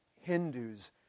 Hindus